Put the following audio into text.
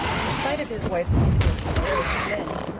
in spite of his wife's intimacy with mrs. lynde,